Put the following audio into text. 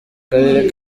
karere